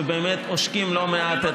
ובאמת עושקים לא מעט,